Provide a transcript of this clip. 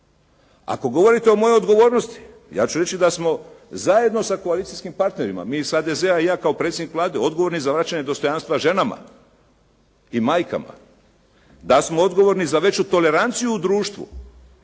Ako govorite o mojoj odgovornosti ja ću reći da smo zajedno sa koalicijskim partnerima, mi iz HDZ-a i ja kao predsjednik Vlade odgovorni za vraćanje dostojanstva ženama i majkama, da smo odgovorni za veću toleranciju u društvu